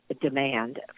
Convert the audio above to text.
demand